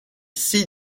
six